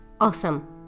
awesome